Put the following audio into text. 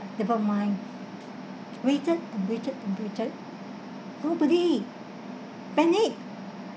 never mind waited and waited and waited nobody panic